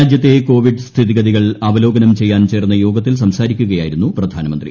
രാജ്യത്തെ കോവിഡ് സ്ഥിതിഗതികൾ അവലോകനം ചെയ്യാൻ ചേർന്ന യോഗത്തിൽ സംസാരിക്കുകയായിരുന്നു പ്രധാനമന്ത്രി